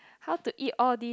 how to eat all this